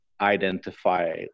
identify